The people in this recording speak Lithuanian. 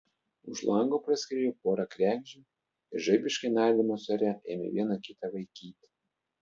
už lango praskriejo pora kregždžių ir žaibiškai nardydamos ore ėmė viena kitą vaikyti